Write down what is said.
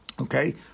Okay